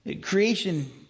Creation